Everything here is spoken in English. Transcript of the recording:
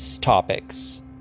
topics